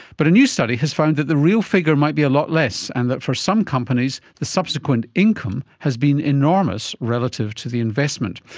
but a new study has found that the real figure might be a lot less and that for some companies the subsequent income has been enormous relative to the investment.